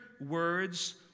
words